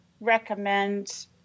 recommend